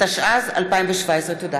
התשע"ז 2017. תודה.